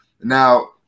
Now